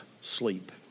sleep